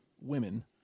women